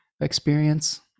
experience